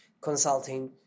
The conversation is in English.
consulting